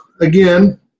again